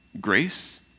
grace